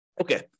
Okay